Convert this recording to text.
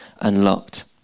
unlocked